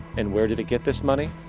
and where did it get this money?